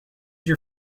your